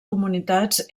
comunitats